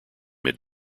mid